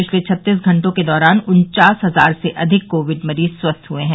पिछले छत्तीस घंटों के दौरान उन्चास हजार से अधिक कोविड मरीज ठीक हुए हैं